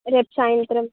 రేపు సాయంత్రం